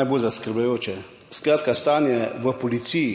najbolj zaskrbljujoče. Skratka, stanje v policiji,